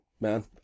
man